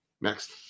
Next